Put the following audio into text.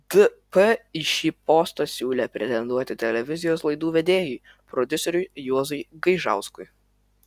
dp į šį postą siūlė pretenduoti televizijos laidų vedėjui prodiuseriui juozui gaižauskui